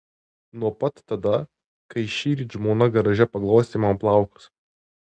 nuo pat tada kai šįryt žmona garaže paglostė man plaukus